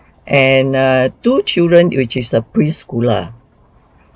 and err two children which is a pre-schooler